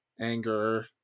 anger